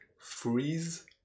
freeze